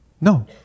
No